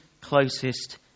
closest